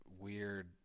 weird